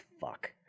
fuck